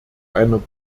einer